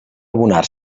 abonar